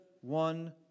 one